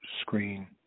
screen